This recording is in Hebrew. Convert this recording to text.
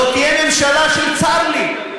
זאת תהיה ממשלה של צר לי.